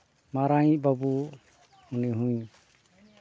ᱢᱟᱨᱟᱝ ᱤᱡ ᱵᱟᱹᱵᱩ ᱩᱱᱤ ᱦᱚᱧ